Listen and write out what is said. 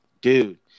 Dude